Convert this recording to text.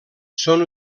són